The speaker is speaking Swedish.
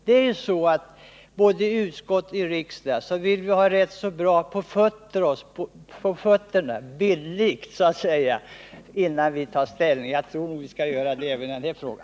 Det är ju så att både i utskottet och i riksdagen vill vi bildligt talat ha rätt så bra på fötterna, innan vi tar ställning. Jag tror att vi skall ha det även i denna fråga.